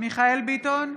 מיכאל מרדכי ביטון,